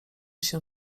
się